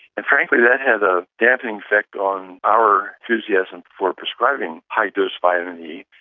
and frankly that had a dampening effect on our enthusiasm for prescribing high-dose vitamin e.